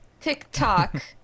TikTok